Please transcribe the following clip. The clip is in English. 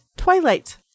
twilight